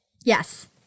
Yes